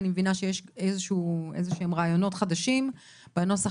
אני מבינה שיש איזשהם רעיונות חדשים בנוסח